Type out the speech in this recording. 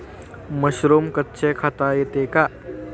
Mushroom कच्चे खाता येते का?